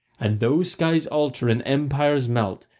and though skies alter and empires melt,